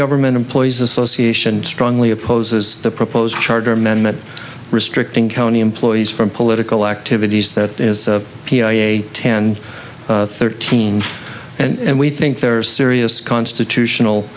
government employees association strongly opposes the proposed charter amendment restricting county employees from political activities that p i a ten thirteen and we think there are serious constitutional